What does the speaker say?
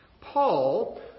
Paul